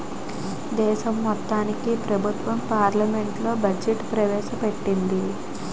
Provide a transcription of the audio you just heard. దేశం మొత్తానికి ప్రభుత్వం పార్లమెంట్లో బడ్జెట్ ప్రవేశ పెట్టింది